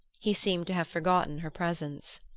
he seemed to have forgotten her presence.